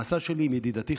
המסע שלי עם ידידתי,